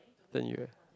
then you eh